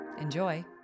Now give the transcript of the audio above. Enjoy